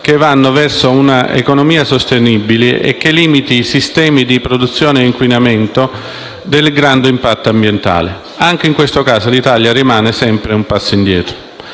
che vadano verso un'economia sostenibile e che limiti i sistemi di produzione inquinanti a grande impatto ambientale. Anche in questo caso, l'Italia rimane sempre un passo indietro.